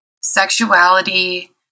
sexuality